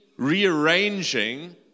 rearranging